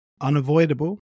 unavoidable